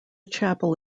chapel